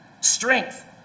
Strength